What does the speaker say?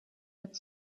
that